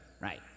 Right